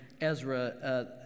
Ezra